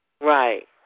Right